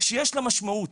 שיש לה משמעות.